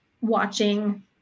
watching